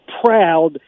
proud